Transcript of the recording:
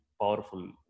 powerful